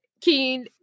Keen